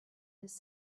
his